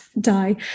die